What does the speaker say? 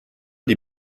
die